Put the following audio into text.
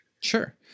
Sure